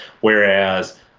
whereas